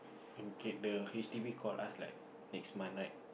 can get the h_d_b call us like next month right